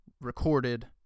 recorded